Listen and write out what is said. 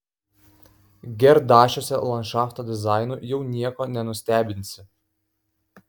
gerdašiuose landšafto dizainu jau nieko nenustebinsi